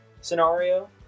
scenario